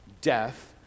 death